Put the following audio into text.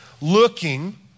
looking